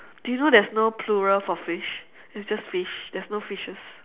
do you know there's no plural for fish it's just fish there's no fishes